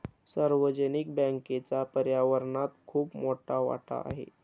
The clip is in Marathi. सार्वजनिक बँकेचा पर्यावरणात खूप मोठा वाटा आहे